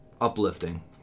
uplifting